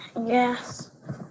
Yes